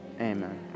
Amen